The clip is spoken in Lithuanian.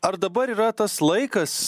ar dabar yra tas laikas